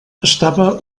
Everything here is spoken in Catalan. estava